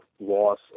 loss